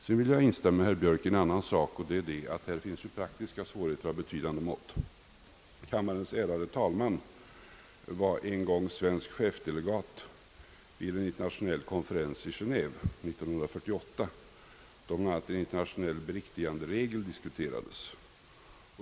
Jag vill vidare, herr Björk, instämma på en annan punkt, nämligen att det föreligger praktiska svårigheter med lagstiftning av betydande mått. Kammarens ärade talman var en gång svensk chefsdelegat vid en internationell konferens i Geneve — det var år 1948 — varvid bland annat en internationell beriktiganderegel diskuterades.